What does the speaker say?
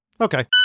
Okay